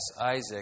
Isaac